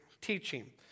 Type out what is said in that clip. teaching